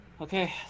Okay